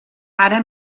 ara